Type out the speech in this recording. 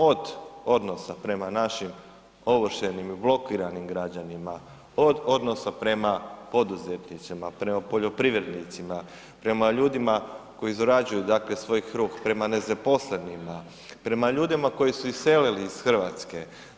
Od odnosa prema našim ovršenim i blokiranim građanima, od odnosa prema poduzetnicima, prema poljoprivrednicima, prema ljudi koji zarađuju dakle svoj kruh, prema nezaposlenima, prema ljudima koji su iselili iz Hrvatske.